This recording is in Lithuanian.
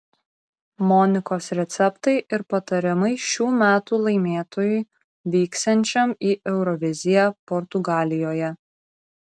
monikos receptai ir patarimai šių metų laimėtojui vyksiančiam į euroviziją portugalijoje